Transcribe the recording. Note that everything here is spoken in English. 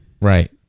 Right